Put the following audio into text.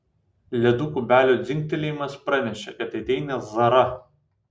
ledo kubelių dzingtelėjimas pranešė kad ateina zara